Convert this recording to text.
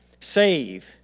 save